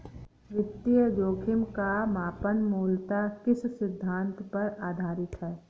वित्तीय जोखिम का मापन मूलतः किस सिद्धांत पर आधारित है?